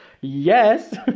yes